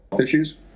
issues